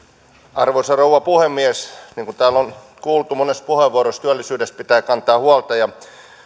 arvoisa rouva puhemies niin kuin täällä on kuultu monessa puheenvuorossa työllisyydestä pitää kantaa huolta ja